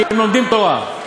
כי הם לומדים תורה.